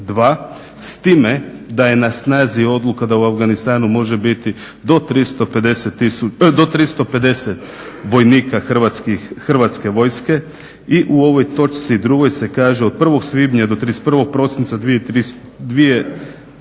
s time da je na snazi odluka da u Afganistanu može biti do 350 vojnika Hrvatske vojske i u ovoj točci 2. se kaže "Od 1. svibnja do 31. prosinca 2013.